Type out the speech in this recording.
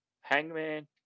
Hangman